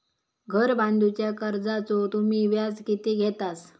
घर बांधूच्या कर्जाचो तुम्ही व्याज किती घेतास?